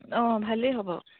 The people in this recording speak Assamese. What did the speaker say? অঁ ভালেই হ'ব